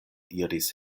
iris